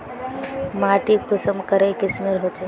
माटी कुंसम करे किस्मेर होचए?